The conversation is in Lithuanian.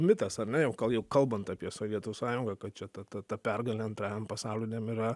mitas ar ne jau gal jau kalbant apie sovietų sąjungą kad čia ta ta ta pergalė antrajam pasauliniam yra